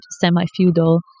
semi-feudal